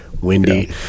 windy